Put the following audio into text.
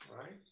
right